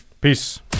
Peace